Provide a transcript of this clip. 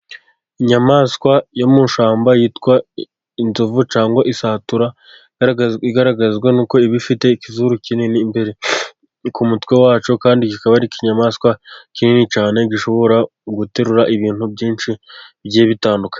Inyamaswa yo mu ishamba yitwa inzovu, cyangwa isatura. Igaragazwa n'uko iba ifite ikizuru kinini imbere ku mutwe wacyo, kandi kikaba ari ikinyamaswa kinini cyane. Gishobora guterura ibintu byinshi bigiye bitandukanye.